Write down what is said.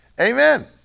Amen